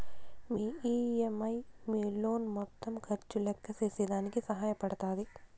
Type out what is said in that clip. మీ EMI మీ loan మొత్తం ఖర్చు లెక్కేసేదానికి సహాయ పడతాది